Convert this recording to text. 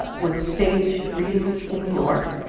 ah with staged readings in new york.